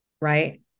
right